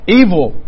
evil